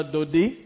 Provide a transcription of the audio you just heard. Dodi